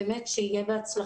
באמת, שיהיה בהצלחה.